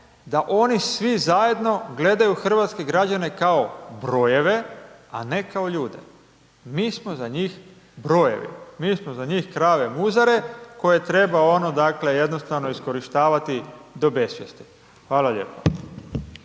da oni svi zajedno gledaju hrvatske građane kao brojeve, a ne kao ljude. Mi smo za njih brojevi, mi smo za njih krave muzare koje treba ono dakle jednostavno iskorištavati do besvijesti. Hvala lijepa.